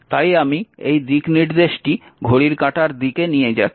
তাই আমি এই দিকনির্দেশটি ঘড়ির কাঁটার দিকে নিয়ে যাচ্ছি